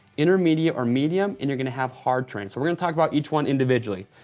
intermediate or medium, and you're gonna have hard terrain. so we're gonna talk about each one individually.